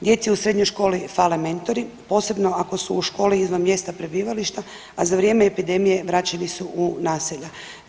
Djeci u srednjoj školi fale mentori posebno ako su u školi izvan mjesta prebivališta, a za vrijeme epidemije vraćeni su u naselja.